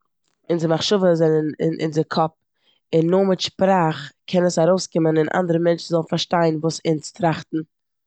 אונזער מחשבה זענען אין אונזער קאפ און נאר מיט שפראך קען עס ארויסקומען און אנדערע מענטשן זאלן פארשטיין וואס אונז טראכטן.